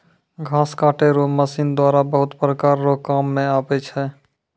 घास काटै रो मशीन द्वारा बहुत प्रकार रो काम मे आबै छै